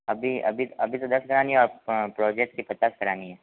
अभी अभी अभी तो दस करानी है आप प्रोजेक्ट की पचास करानी हैं